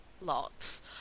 lots